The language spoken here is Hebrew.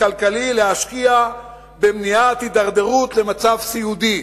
כלכלי להשקיע במניעת הידרדרות למצב סיעודי".